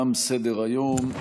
תם סדר-היום.